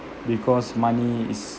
because money is